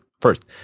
First